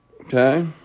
Okay